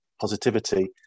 positivity